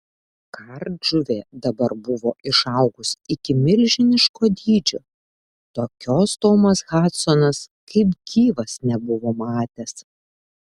kardžuvė dabar buvo išaugus iki milžiniško dydžio tokios tomas hadsonas kaip gyvas nebuvo matęs